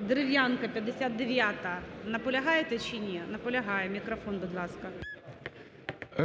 Дерев'янка 59-а. Наполягаєте чи ні? Наполягає. Мікрофон, будь ласка. 11:42:18 ДЕРЕВ’ЯНКО